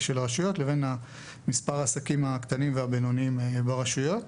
ברשויות לבין מספר העסקים הקטנים והבינוניים ברשויות.